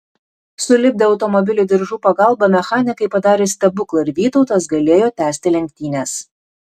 sulipdę automobilį diržų pagalbą mechanikai padarė stebuklą ir vytautas galėjo tęsti lenktynes